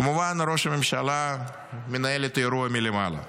כמובן, ראש הממשלה מנהל את האירוע מלמעלה.